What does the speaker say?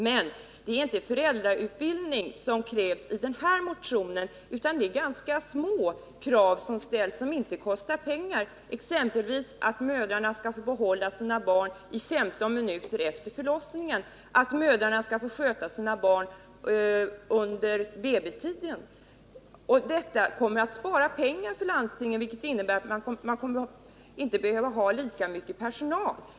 Men det är inte föräldrautbildning som krävs i motionen, utan där framförs ganska små krav som det inte kostar pengar att tillgodose. Det gäller exempelvis att mödrarna skall få behålla sina barn 15 minuter efter förlossningen och att mödrarna skall få sköta sina barn under BB-tiden. Detta kommer att spara pengar för landstingen, vilket innebär att man inte kommer att behöva ha lika mycket personal som nu.